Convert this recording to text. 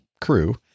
crew